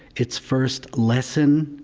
its first lesson?